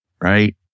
Right